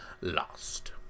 lost